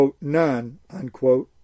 none